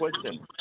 question